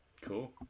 Cool